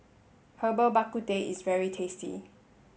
Herbal Bak Ku Teh is very tasty